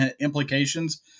implications